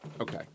Okay